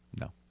No